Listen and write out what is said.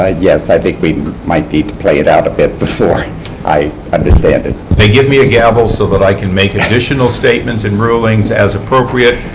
yes. i think we might need to play it out a bit before i understand it. they give me a gavel so that i can make additional statements and rulings as appropriate.